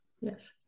Yes